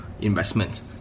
investments